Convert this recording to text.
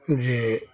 जे